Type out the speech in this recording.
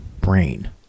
brain